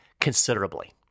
considerably